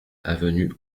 avenue